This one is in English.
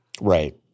Right